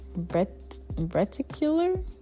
reticular